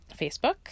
Facebook